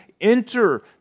enter